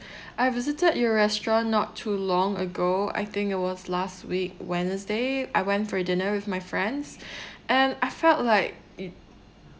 I visited your restaurant not too long ago I think it was last week wednesday I went for dinner with my friends and I felt like it